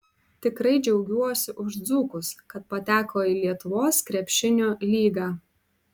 tikrai džiaugiuosi už dzūkus kad pateko į lietuvos krepšinio lygą